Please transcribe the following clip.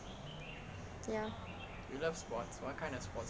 ya